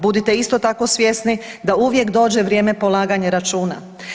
Budite isto tako svjesni da uvijek dođe vrijeme polaganja računa.